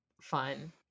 fun